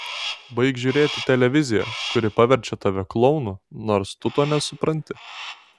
baik žiūrėti televiziją kuri paverčia tave klounu nors tu to nesupranti